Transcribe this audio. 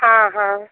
हाँ हाँ